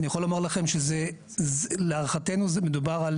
אני יכול לומר לכם שלהערכתנו מדובר על